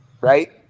right